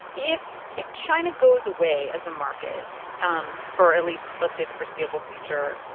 if if china goes away as a market um for at least, let's say, the foreseeable future,